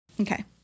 Okay